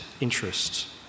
interests